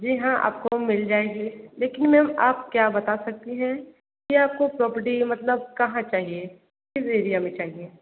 जी हाँ आपको मिल जाएगी लेकिन मेम आप क्या बता सकती हैं की आपको प्रोपर्टी मतलब कहाँ चाहिए किस एरिया में चाहिए